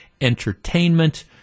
entertainment